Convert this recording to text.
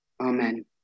Amen